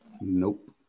Nope